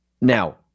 now